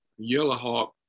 Yellowhawk